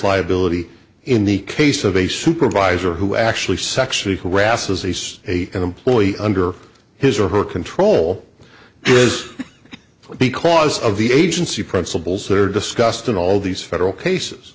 liability in the case of a supervisor who actually sexually harass as he says a an employee under his or her control is because of the agency principles that are discussed in all these federal cases